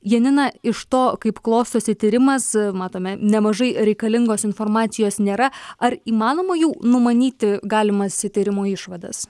janina iš to kaip klostosi tyrimas matome nemažai reikalingos informacijos nėra ar įmanoma jau numanyti galimas tyrimo išvadas